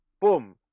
Boom